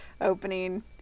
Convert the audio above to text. opening